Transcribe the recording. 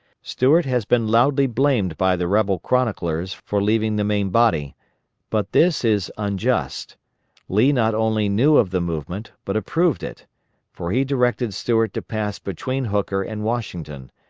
stuart has been loudly blamed by the rebel chroniclers for leaving the main body but this is unjust lee not only knew of the movement, but approved it for he directed stuart to pass between hooker and washington,